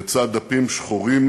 לצד דפים שחורים